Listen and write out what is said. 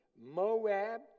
Moab